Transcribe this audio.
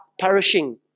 perishing